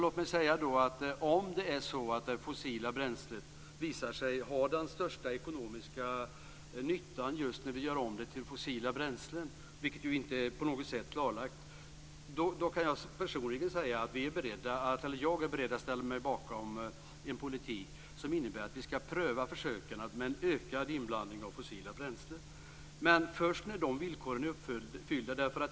Låt mig säga att om det är så att det här bränslet visar sig ha den största ekonomiska nyttan just när vi gör om det till fossila bränslen, vilket ju inte på något sätt är klarlagt, då kan jag personligen säga att jag är beredd att ställa mig bakom en politik som innebär att vi ska pröva en ökad inblandning av fossila bränslen. Men det gäller först när de här villkoren är uppfyllda.